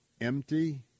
empty